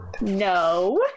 No